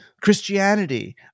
Christianity